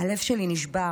הלב שלי נשבר,